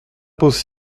c’est